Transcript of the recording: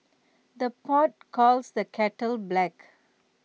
the pot calls the kettle black